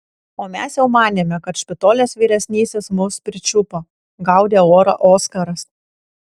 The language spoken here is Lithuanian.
o mes jau manėme kad špitolės vyresnysis mus pričiupo gaudė orą oskaras